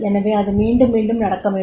எனவே அது மீண்டும் மீண்டும் நடக்கவேண்டும்